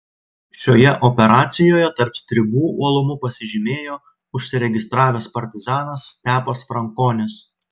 šioje operacijoje tarp stribų uolumu pasižymėjo užsiregistravęs partizanas stepas frankonis